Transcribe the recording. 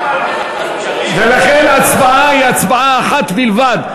לכן ההצבעה היא הצבעה אחת בלבד.